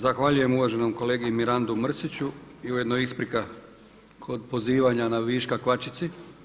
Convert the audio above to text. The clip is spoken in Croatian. Zahvaljujem uvaženom kolegi Mirandu Mrsiću i ujedno isprika kod pozivanja na viška kvačici.